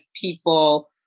people